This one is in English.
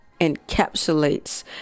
encapsulates